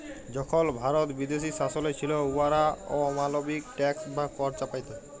যখল ভারত বিদেশী শাসলে ছিল, উয়ারা অমালবিক ট্যাক্স বা কর চাপাইত